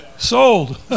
Sold